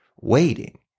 waiting